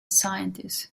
scientist